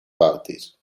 parties